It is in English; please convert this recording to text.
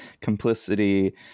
complicity